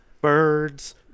birds